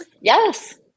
Yes